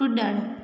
कुड॒णु